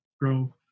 grow